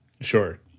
Sure